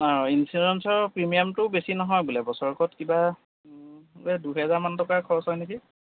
ইঞ্চুৰেঞ্চৰ প্ৰিমিয়ামটো বেছি নহয় বোলে বছৰেকত কিবা এই দুহেজাৰমান টকা খৰচ হয় নেকি